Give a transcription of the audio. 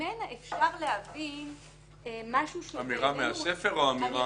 שממנה אפשר להבין משהו שבעינינו --- אמירה מהספר או אמירה?